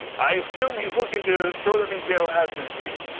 i assume he's looking to throw them in jail as we speak.